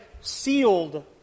sealed